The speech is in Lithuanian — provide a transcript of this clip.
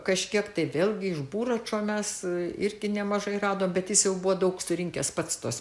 kažkiek tai vėlgi iš buračo mes irgi nemažai rado bet jis jau buvo daug surinkęs pats tos